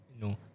No